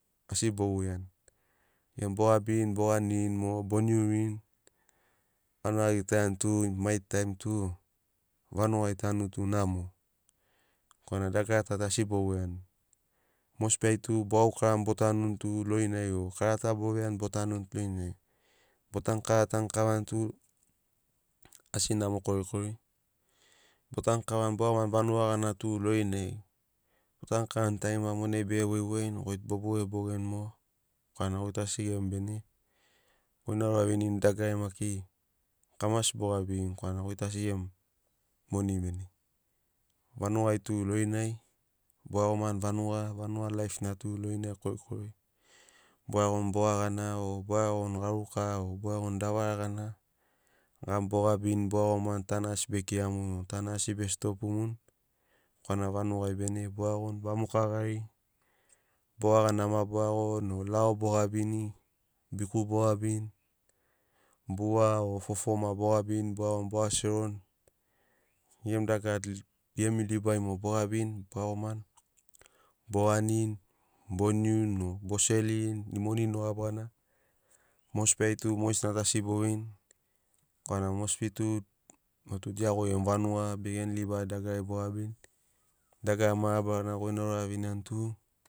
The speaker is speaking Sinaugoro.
Asi bo voiani gemu bo gabirini bo ganirini mogo bo niurini auna agitaiani tu mai taimi tu vanugai tanu tu namo korana dagarata tu asi bo voiani mosbi ai tu bo gaukarani bo tanuni tu lorinai o karata bo veiani botanuni tu lorinai. Bo tanu kava tanu kavani tu asi namo korikori botanu kavani bo iagomani vanuga gana tu lorinai botanu kavani tarima monai bege voivoini goi tu bo boge bogeni mogo korana goi tu ase gemu bene goi na ouravinirini dagarari maki kamasi bo gabirini korana goi tu asi gemu moni bene. Vanugai tu lorinai bo iagomani vanuga vanuga laifna tu lorinai korikori bo iagoni boga gana o bo iagoni garuka o bo iagoni davara gana gamu bo gabini bo iagomani tana asi bekiramuni o tana asi be stopimuni korana vanugai bene bo iagoni vamoka gari boga gana ma boiagoni o lao bo gabini, biku bo gabini, bua o fofo ma bo gabini bo iagoni bo a serorini gemu dagara gemu libai mogo o gabirini bo iagomani bo ganini, bo niuni o bo serorini moni nogabi gana mosbi ai tu mogesina tu asi bo veini korana mosbi tu mo tu dia goi gemu vanuga be gemu liba dagarari bo gabini dagara mabarana goi na uraviniani tu